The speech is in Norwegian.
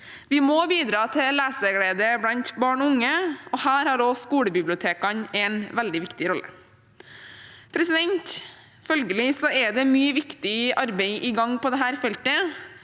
Vi må bidra til leseglede blant barn og unge. Her har også skolebibliotekene en veldig viktig rolle. Følgelig er det mye viktig arbeid i gang på dette feltet.